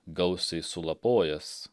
gausiai sulapojęs